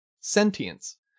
sentience